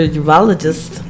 urologist